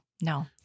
no